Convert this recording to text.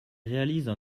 réalisent